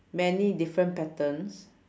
many different patterns